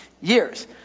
years